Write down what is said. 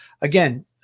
again